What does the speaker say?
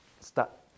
stop